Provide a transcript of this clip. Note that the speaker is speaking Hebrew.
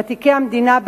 ותיקי המדינה,